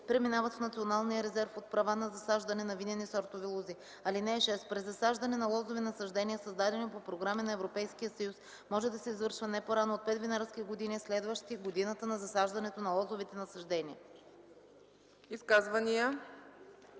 преминават в Националния резерв от права на засаждане на винени сортове лози. (6) Презасаждане на лозови насаждения, създадени по програми на Европейския съюз, може да се извършва не по-рано от 5 винарски години, следващи годината на засаждането на лозовите насаждения.”